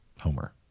Homer